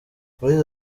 yagize